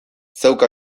zeuk